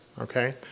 okay